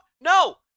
No